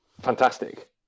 fantastic